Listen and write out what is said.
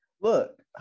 Look